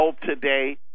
today